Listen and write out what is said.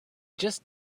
just